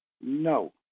No